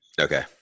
Okay